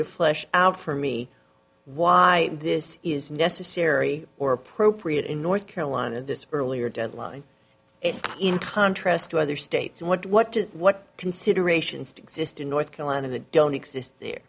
to flesh out for me why this is necessary or appropriate in north carolina this earlier deadline in contrast to other states what what does what considerations exist in north carolina don't exist there